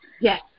Yes